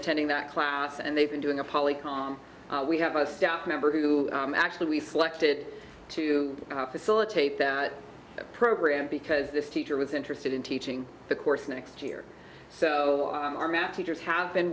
attending that class and they've been doing a poly com we have a staff member who actually we selected to facilitate that program because this teacher was interested in teaching the course next year so our math teachers have been